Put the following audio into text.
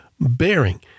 bearing